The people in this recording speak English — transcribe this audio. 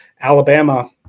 Alabama